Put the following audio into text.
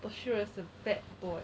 for sure is a bad boy